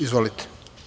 Izvolite.